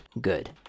good